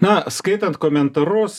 na skaitant komentarus